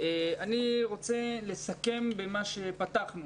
אני רוצה לסכם במה שפתחתנו.